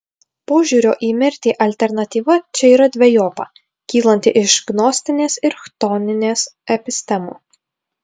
požiūrio į mirtį alternatyva čia yra dvejopa kylanti iš gnostinės ir chtoninės epistemų